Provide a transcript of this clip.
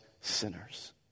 sinners